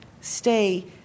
stay